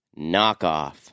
Knockoff